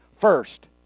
first